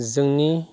जोंनि